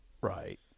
Right